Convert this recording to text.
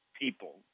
people